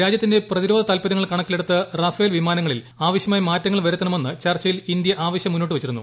രാജ്യത്തിന്റെ പ്രതിരോധ താത്പര്യങ്ങൾ കണക്കിലെടുത്ത് റാഫേൽ വിമാനങ്ങളിൽ ആവശ്യ മാറ്റങ്ങൾ വരുത്തണമെന്ന് ചർച്ചയിൽ ഇന്ത്യ ആവശ്യം മുന്നോട്ട് വച്ചിരുന്നു